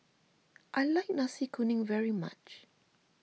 I like Nasi Kuning very much